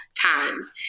times